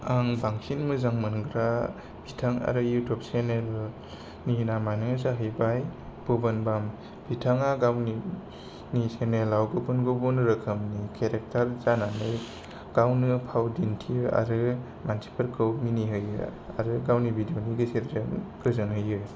आं बांसिन मोजां मोनग्रा बिथां आरो युटुब चेनेलनि नामानो जाहैबाय भुबन बाम बिथाङा गावनि चेनेलाव गुबुन गुबुन रोखोमनि केरेकटार जानानै गावनो फाव दिन्थियो आरो मानसिफोरखौ मिनि होयो आरो गावनि भिडिअनि गेजेरजों गोजोन होयो